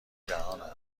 جهانند